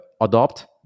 adopt